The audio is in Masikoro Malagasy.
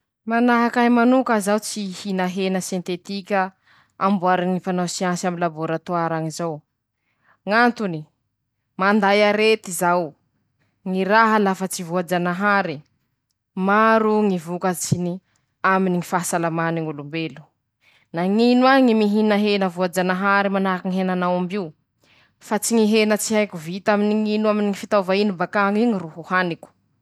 Reto aby ñy sakafony ñ'olo an'alzery añy: -Ñy sakafo misy gluteine, -Añatiny zay ñy vokatsy misy vare (ñy mofo, ñy paty, ñy serealy). Rozy añy koa tea sakafo misy ronono, -Manahaky anizay lafa ñy raha vita aminy ñy ronono iaby teandrozy, -Manahaky anizay ñy fromazy aminy ñy aorta.